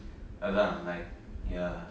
அதான்:athaan like ya